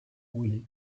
brûlé